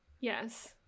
Yes